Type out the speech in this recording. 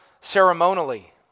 ceremonially